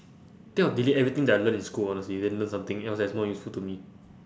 think I'll delete everything that I learnt in school honestly then learn something else that's more useful to me